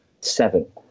seven